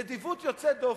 נדיבות יוצאת דופן,